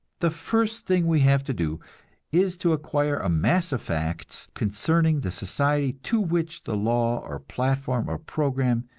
the first thing we have to do is to acquire a mass of facts concerning the society to which the law or platform or program,